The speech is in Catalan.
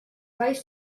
valls